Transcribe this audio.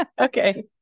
Okay